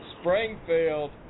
Springfield